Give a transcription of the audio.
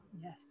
Yes